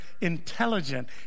intelligent